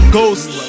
ghost